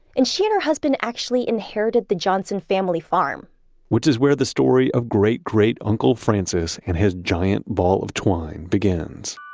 and she and her husband actually inherited the johnson family farm which is where the story of great great uncle francis and his giant ball of twine begins